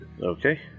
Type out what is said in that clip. Okay